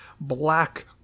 black